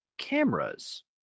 Cameras